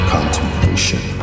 Contemplation